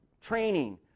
training